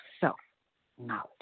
self-knowledge